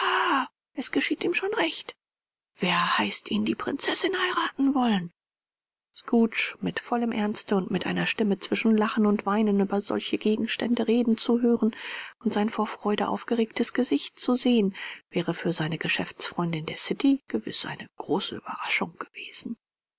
es geschieht ihm schon recht wer heißt ihn die prinzessin heiraten wollen scrooge mit vollem ernste und mit einer stimme zwischen lachen und weinen über solche gegenstände reden zu hören und sein vor freude aufgeregtes gesicht zu sehen wäre für seine geschäftsfreunde in der city gewiß eine große ueberraschung gewesen